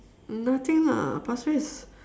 nothing lah pasir-ris